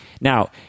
Now